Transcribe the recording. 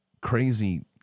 crazy